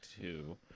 two